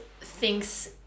thinks